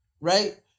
right